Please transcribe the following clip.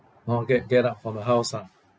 orh get get out from the house ah